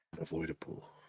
avoidable